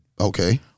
okay